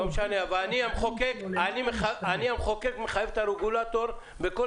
אני המחוקק מחייב את הרגולטור בכל